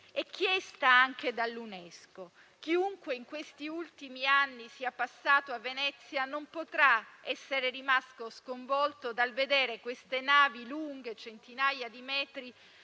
e chiesta anche dall'UNESCO. Chiunque, in questi ultimi anni, sia passato a Venezia non potrà non essere rimasto sconvolto dal vedere navi lunghe centinaia di metri